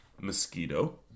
Mosquito